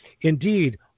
Indeed